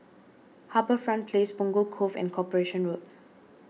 HarbourFront Place Punggol Cove and Corporation Road